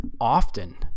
often